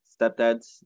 Stepdads